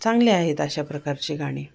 चांगले आहेत अशा प्रकारचे गाणी